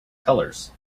colors